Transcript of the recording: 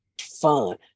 fun